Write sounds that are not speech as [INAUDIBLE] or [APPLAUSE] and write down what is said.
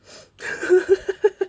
[LAUGHS]